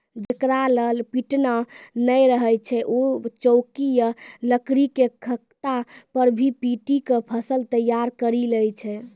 जेकरा लॅ पिटना नाय रहै छै वैं चौकी या लकड़ी के तख्ता पर भी पीटी क फसल तैयार करी लै छै